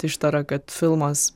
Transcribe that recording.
ištara kad filmas